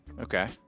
Okay